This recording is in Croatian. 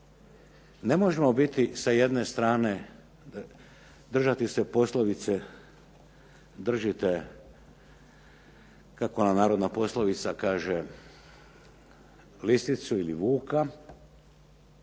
Ne možemo biti sa jedne strane držati se poslovice držite, kako ona narodna poslovica kaže lisicu ili vuka,